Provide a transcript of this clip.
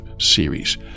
series